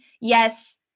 yes